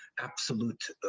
absolute